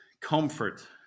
comfort